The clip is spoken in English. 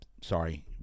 sorry